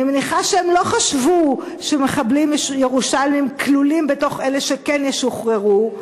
אני מניחה שהם לא חשבו שמחבלים ירושלמים כלולים בתוך אלה שכן ישוחררו,